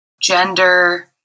gender